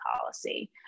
policy